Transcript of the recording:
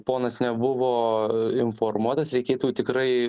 ponas nebuvo informuotas reikėtų tikrai